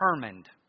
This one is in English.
determined